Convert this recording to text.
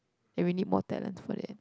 and we need more talent for that